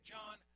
John